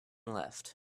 left